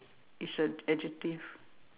it's a adjective